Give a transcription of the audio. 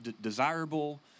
desirable